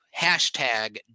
hashtag